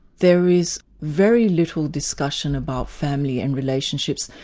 there is very little discussion about family and relationships.